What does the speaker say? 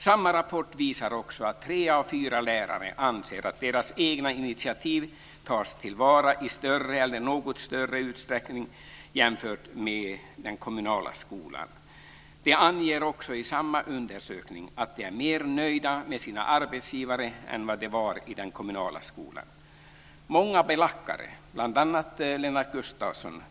Samma rapport visar också att tre av fyra lärare anser att deras egna initiativ tas till vara i större eller i något större utsträckning jämfört med hur det var i den kommunala skolan. De anger också i samma undersökning att de är mer nöjda med sina arbetsgivare än de var i den kommunala skolan.